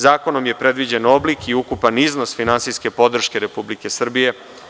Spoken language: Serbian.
Zakonom je predviđen oblik i ukupan iznos finansijske podrške Republike Srbije.